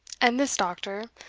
and this doctor,